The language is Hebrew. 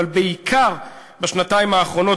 אבל בעיקר בשנתיים האחרונות,